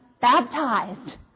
baptized